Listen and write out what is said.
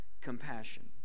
compassion